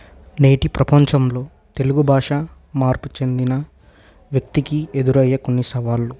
నేటి ప్రపంచంలో తెలుగు భాష మార్పు చెందిన వ్యక్తికి ఎదురయ్యే కొన్ని సవాళ్లు